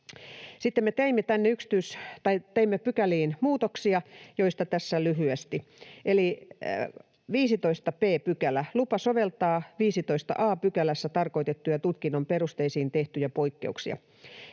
tänne pykäliin muutoksia, joista tässä lyhyesti. 15 b §. Lupa soveltaa 15 a §:ssä tarkoitettuja tutkinnon perusteisiin tehtyjä poikkeuksia: